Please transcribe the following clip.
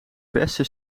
beste